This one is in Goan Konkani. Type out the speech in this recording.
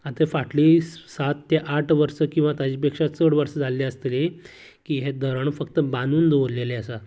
आता फाटलीं सात तें आठ वर्सां किंवां ताचे पेक्षा चड वर्सां जाल्ली आसतली की हें धरण फक्त बांदून दवरलेले आसा